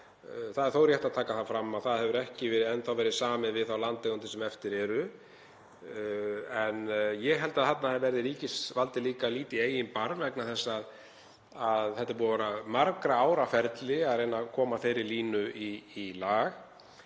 Það er þó rétt að taka það fram að það hefur ekki enn verið samið við þá landeigendur sem eftir eru. En ég held að þarna verði ríkisvaldið líka að líta í eigin barm vegna þess að það er búið að vera margra ára ferli að reyna að koma þeirri línu í lag.